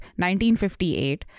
1958